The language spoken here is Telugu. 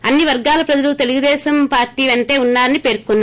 అన్ని వర్గాలప్రజలు తెలుగుదేశం పార్టీ పెంటే ఉన్నా రని పేర్కొన్నారు